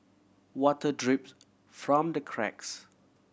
water drip from the cracks